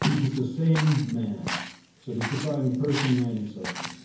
he's the same man so he's defining person, man, and substance, and